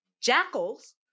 Jackals